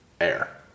air